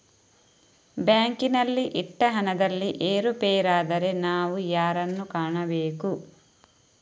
ಬ್ಯಾಂಕಿನಲ್ಲಿ ಇಟ್ಟ ಹಣದಲ್ಲಿ ಏರುಪೇರಾದರೆ ನಾವು ಯಾರನ್ನು ಕಾಣಬೇಕು?